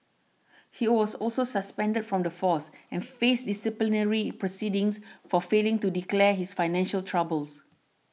he was also suspended from the force and faced disciplinary proceedings for failing to declare his financial troubles